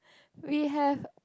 we have